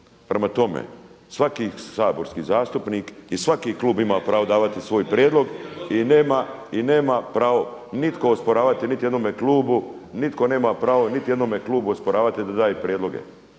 Prema tome, svaki saborski zastupnik i svaki klub ima pravo davati svoj prijedlog i nema pravo nitko osporavati niti jednome klubu, nitko